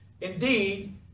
Indeed